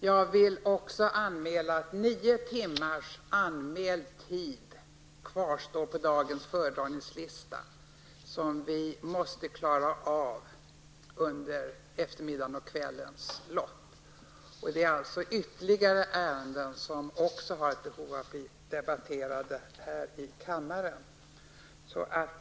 Jag vill anmäla att 9 timmar anmäld tid kvarstår på dagens föredragningslista, som vi måste klara av under eftermiddagens och kvällens lopp. Också ytterligare ärenden väntar på att bli debatterade här i kammaren.